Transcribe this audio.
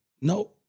no